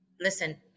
Listen